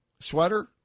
Sweater